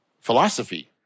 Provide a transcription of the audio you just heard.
Philosophy